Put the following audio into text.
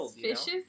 Fishes